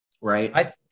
right